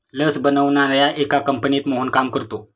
लस बनवणाऱ्या एका कंपनीत मोहन काम करतो